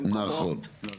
נכון.